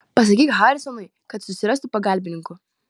pasakyk harisonui kad susirastų pagalbininkų